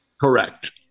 Correct